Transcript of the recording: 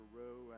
row